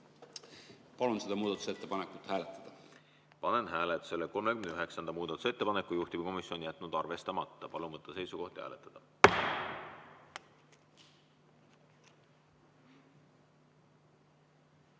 Palun seda muudatusettepanekut hääletada. Panen hääletusele 42. muudatusettepaneku. Juhtivkomisjon on jätnud arvestamata. Palun võtta seisukoht ja hääletada!